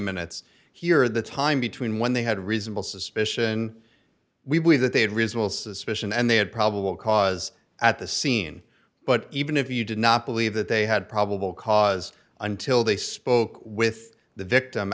minutes here the time between when they had reasonable suspicion we believe that they had reasonable suspicion and they had probable cause at the scene but even if you did not believe that they had probable cause until they spoke with the victim